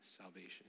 salvation